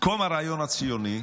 קום הרעיון הציוני,